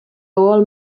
old